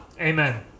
Amen